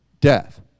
death